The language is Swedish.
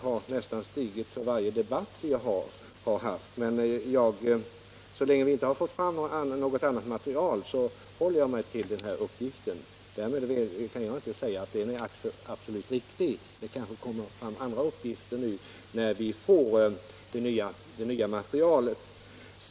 Siffrorna har stigit nästan för varje debatt som vi haft, men så länge vi inte har fått fram något annat material, håller jag mig till den uppgift som jag har lämnat. Därmed kan jag inte säga att den är absolut riktig. Det kanske kommer fram andra uppgifter när vi får det nya materialet.